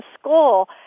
school